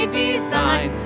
design